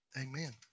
Amen